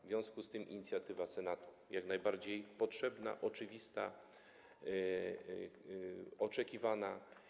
W związku z tym inicjatywa Senatu jest jak najbardziej potrzebna, oczywista, oczekiwana.